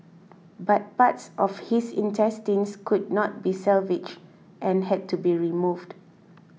but parts of his intestines could not be salvaged and had to be removed